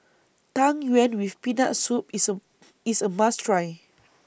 Tang Yuen with Peanut Soup IS A IS A must Try